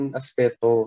aspeto